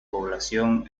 población